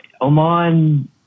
Oman